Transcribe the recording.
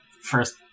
first